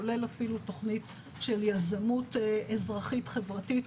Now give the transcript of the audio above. כולל אפילו תוכנית של יזמות אזרחית חברתית,